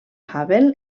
hubble